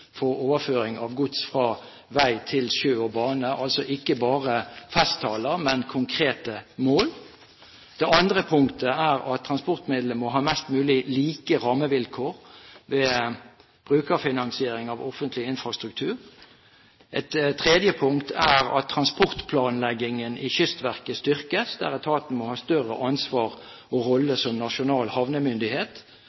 for overføring av gods fra vei til sjø og bane – altså ikke bare festtaler, men konkrete mål. Det andre punktet er at transportmidlene må ha mest mulig like rammevilkår ved brukerfinansiering av offentlig infrastruktur. Et tredje punkt er at transportplanleggingen i Kystverket styrkes. Etaten må ha større ansvar og rolle